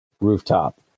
Rooftop